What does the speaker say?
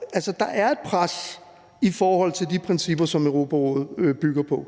er altså et pres i forhold til de principper, som Europarådet bygger på,